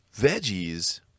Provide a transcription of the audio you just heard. veggies